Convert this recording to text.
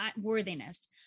worthiness